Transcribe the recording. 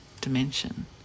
dimension